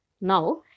now